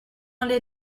allait